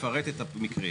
לפרט את המקרים,